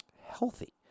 healthy